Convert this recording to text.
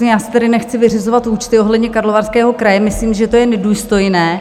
Já si tedy nechci vyřizovat účty ohledně Karlovarského kraje, myslím, že to je nedůstojné.